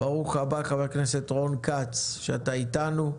ברוך הבא חבר הכנסת רון כץ, על זה שאתה איתנו.